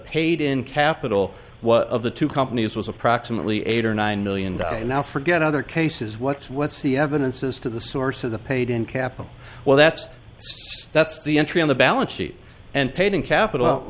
paid in capital of the two companies was approximately eight or nine million dollars now forget other cases what's what's the evidence as to the source of the paid in capital well that's that's the entry in the balance sheet and paid in capital